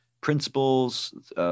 principles